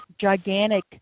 gigantic